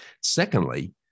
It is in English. Secondly